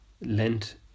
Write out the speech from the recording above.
Lent